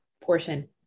portion